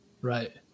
Right